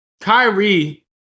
Kyrie